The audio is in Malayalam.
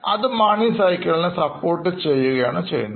അത് മണി സൈക്കിളിനെ സപ്പോർട്ട് ചെയ്യുന്നു